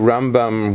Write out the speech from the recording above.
Rambam